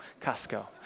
Costco